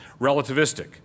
relativistic